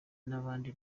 n’abandi